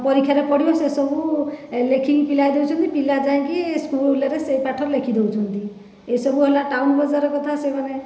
ପରୀକ୍ଷାରେ ପଡ଼ିବ ସେସବୁ ଲେଖିକି ପିଲାଙ୍କୁ ଦେଉଛନ୍ତି ପିଲା ଯାଇକି ସ୍କୁଲ୍ରେ ସେ ପାଠ ଲେଖିଦେଉଛନ୍ତି ଏସବୁ ହେଲା ଟାଉନ୍ ବଜାର କଥା ସେମାନେ